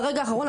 ברגע האחרון,